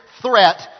threat